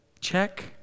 check